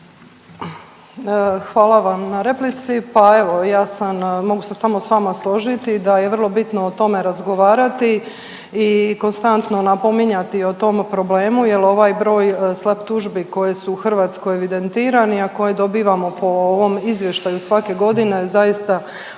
Hvala vam na replici. Pa evo ja sam, mogu se samo sa vama složiti da je vrlo bitno o tome razgovarati i konstantno napominjati o tom problemu, jer ovaj broj SLAP tužbi koje su u Hrvatskoj evidentirani, a koje dobivamo po ovom izvještaju svake godine zaista alarmantan